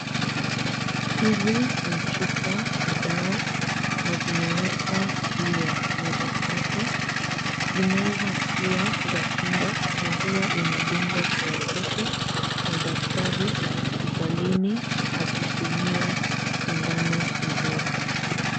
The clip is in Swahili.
Hizi ni chupa za dawa na zimewekwa juu ya meza safi. Zinaweza kuwa za kinga na huwa inadungwa kwa watoto na daktari hospitalini akitumia sindano nzuri.